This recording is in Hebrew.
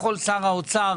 יכול שר האוצר